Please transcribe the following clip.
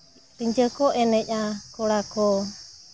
ᱨᱤᱸᱡᱟᱹ ᱠᱚ ᱮᱱᱮᱡᱼᱟ ᱠᱚᱲᱟ ᱠᱚ